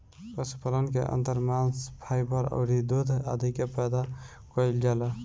पशुपालन के अंदर मांस, फाइबर अउरी दूध आदि के पैदा कईल जाला